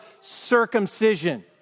circumcision